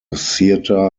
theatre